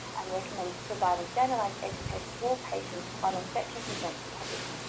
and recommends providing standardized education to our patients on infection prevention topics,